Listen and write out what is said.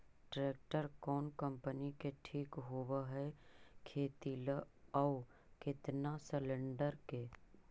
Tractor कोन company के ठीक होब है खेती ल औ केतना सलेणडर के?